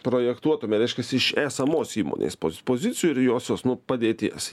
projektuotume reiškias iš esamos įmonės poz pozicijų ir josios nu padėties